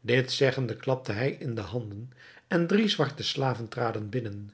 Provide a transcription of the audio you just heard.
dit zeggende klapte hij in de handen en drie zwarte slaven traden binnen